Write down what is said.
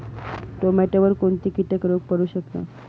टोमॅटोवर कोणते किटक रोग पडू शकतात?